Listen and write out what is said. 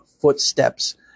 footsteps